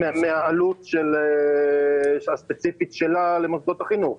מהעלות הספציפית שלה למוסדות החינוך.